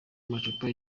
amacupa